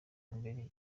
imbere